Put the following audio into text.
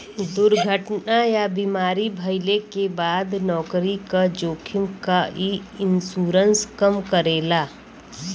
दुर्घटना या बीमारी भइले क बाद नौकरी क जोखिम क इ इन्शुरन्स कम करेला